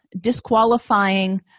disqualifying